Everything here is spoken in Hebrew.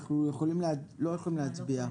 אנחנו לא יכולים להצביע.